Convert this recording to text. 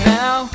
now